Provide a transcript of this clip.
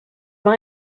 vin